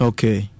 Okay